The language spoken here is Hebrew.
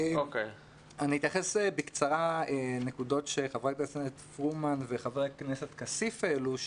אני אתייחס בקצרה לנקודות שחברת הכנסת פרומן וחבר הכנסת כסיף העלו,